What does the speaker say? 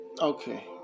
Okay